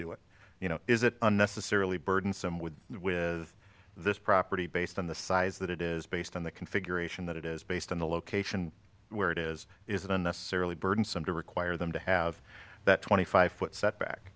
do it you know is it unnecessarily burdensome with with this property based on the size that it is based on the configuration that it is based on the location where it is isn't necessarily burdensome to require them to have that twenty five foot setback